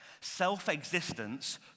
Self-existence